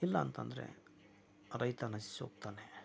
ಇಲ್ಲಾಂತಂದರೆ ರೈತ ನಶಿಸಿ ಹೋಗ್ತಾನೆ